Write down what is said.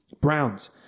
Browns